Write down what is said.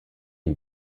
une